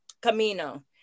Camino